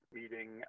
meeting